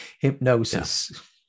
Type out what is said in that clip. hypnosis